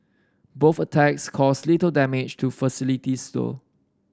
both attacks caused little damage to facilities though